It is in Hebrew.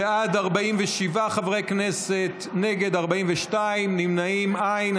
בעד, 47 חברי כנסת, נגד, 42, נמנעים, אין.